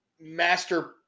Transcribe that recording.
master